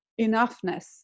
enoughness